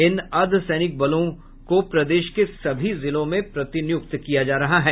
इन अर्द्वसैनिक बलों को प्रदेश के सभी जिलों में प्रतिनियुक्त किया जा रहा है